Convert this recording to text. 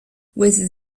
with